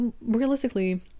realistically